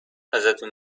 ازتون